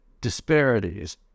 disparities